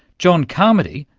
john carmody,